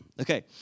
Okay